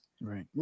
Right